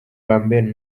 lambert